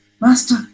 Master